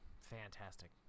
Fantastic